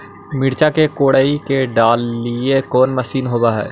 मिरचा के कोड़ई के डालीय कोन मशीन होबहय?